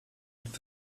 und